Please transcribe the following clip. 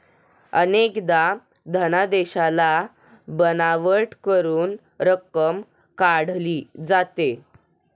अनेकदा धनादेशाला बनावट करून रक्कम काढली जाते